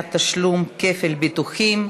מניעת תשלום כפל ביטוחים).